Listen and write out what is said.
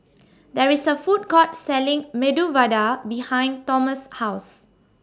There IS A Food Court Selling Medu Vada behind Tomas' House